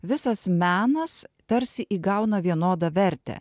visas menas tarsi įgauna vienodą vertę